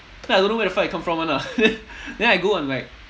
then I don't know where the fuck it come from [one] ah then then I go on like